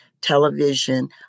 television